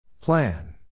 Plan